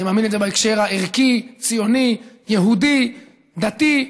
אני מאמין בזה בהקשר הערכי, ציוני, יהודי, דתי.